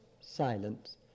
silence